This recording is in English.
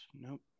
nope